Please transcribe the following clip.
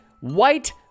white